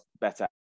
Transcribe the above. better